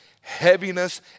heaviness